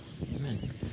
Amen